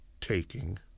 taking